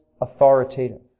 authoritative